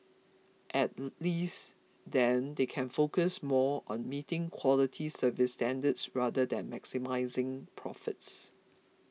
at least then they can focus more on meeting quality service standards rather than maximising profits